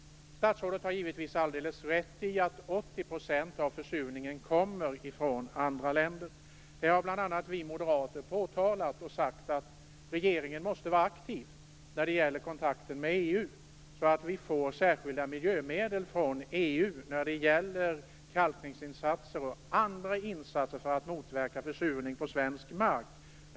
Statsrådet har givetvis alldeles rätt i att 80 % av försurningen kommer från andra länder. Det har bl.a. vi moderater påtalat, och vi har också sagt att regeringen måste vara aktiv när det gäller kontakten med EU så att vi får särskilda miljömedel från EU för kalkningsinsatser och andra insatser som skall motverka försurning på svensk mark.